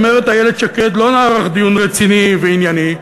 אומרת איילת שקד: לא נערך דיון רציני וענייני,